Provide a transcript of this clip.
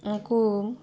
କୁ